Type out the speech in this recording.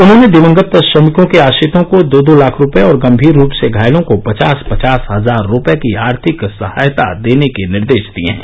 उन्होंने दिवंगत श्रमिकों के आश्रितों को दो दो लाख रूपये और गंभीर रूप से घायलों को पचास पचास हजार रूपये की आर्थिक सहायता देने के निर्देश दिए हैं